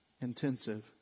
intensive